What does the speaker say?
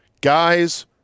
Guys